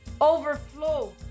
overflow